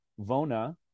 vona